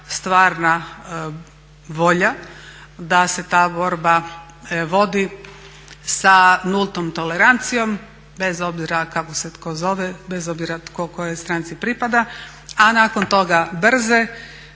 stvarna volja da se ta borba vodi sa nultom tolerancijom bez obzira kako se tko zove, bez obzira tko kojoj stranci pripada, a nakon toga brze